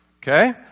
Okay